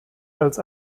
als